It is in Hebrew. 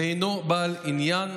ואינו בעל עניין,